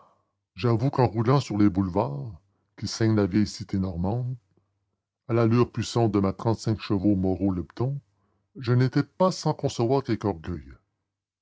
j'avoue qu'en roulant sur les boulevards qui ceignent la vieille cité normande à l'allure puissante de ma trente-cinq chevaux moreau lepton je n'étais pas sans concevoir quelque orgueil